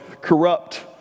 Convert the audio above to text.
corrupt